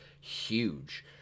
huge